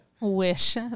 Wish